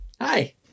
Hi